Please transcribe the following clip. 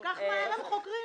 כל כך מהר הם חוקרים.